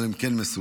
אבל הם כן מסוגלים.